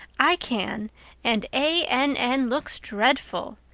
i can and a n n looks dreadful,